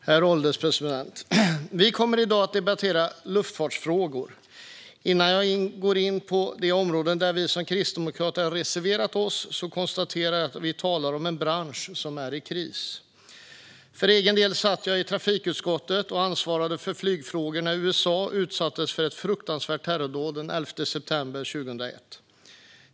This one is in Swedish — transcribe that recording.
Herr ålderspresident! Vi kommer i dag att debattera luftfartsfrågor. Innan jag går in på de områden där vi kristdemokrater har reserverat oss konstaterar jag att vi talar om en bransch i kris. För egen del satt jag i trafikutskottet och ansvarade för flygfrågor när USA utsattes för ett fruktansvärt terrordåd den 11 september 2001.